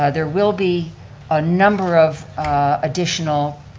ah there will be a number of additional